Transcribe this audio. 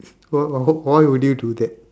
why why why would you do that